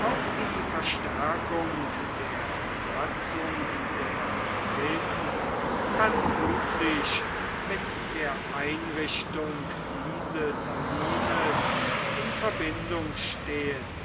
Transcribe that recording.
auch die verstärkung der besatzung der provinz kann füglich mit der einrichtung dieses limes in verbindung stehen